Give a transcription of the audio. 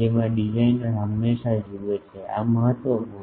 જેમાં ડિઝાઇનર હંમેશા જુએ છે આ મહત્વપૂર્ણ છે